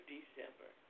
December